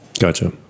Gotcha